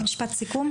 משפט סיכום.